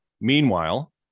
Meanwhile